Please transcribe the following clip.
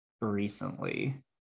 recently